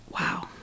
wow